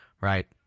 right